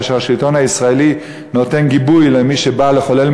כאשר השלטון הישראלי נותן גיבוי למי שבא לחולל